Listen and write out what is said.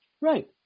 Right